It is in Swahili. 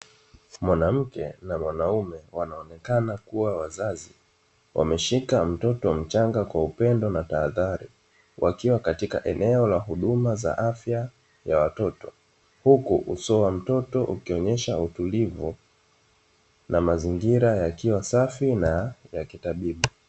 Mwanamke na mwanaume wanaonekana kuwa wazazi, wameshika mtoto mchanga kwa upendo na tahadhari. Wakiwa katika eneo la huduma za afya za watoto, huku uso wa mtoto ukionyesha utulivu na mazingira yakiwa safi ya kitabibu.